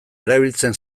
erabiltzen